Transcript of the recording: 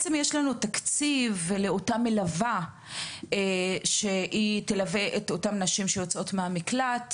יש לנו תקציב לאותה מלווה שתלווה את הנשים שיוצאות מן המקלט,